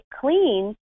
clean